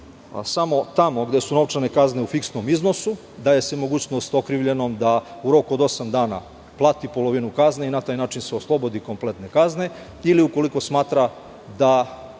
samo tamo gde su novčane kazne u fiksnom iznosu daje se mogućnost okrivljenom da u roku od osam dana plati polovinu kazne i na taj način se oslobodi kompletne kazne, ili ukoliko smatra da